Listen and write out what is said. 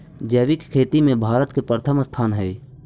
जैविक खेती में भारत के प्रथम स्थान हई